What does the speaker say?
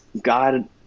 God –